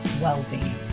Well-Being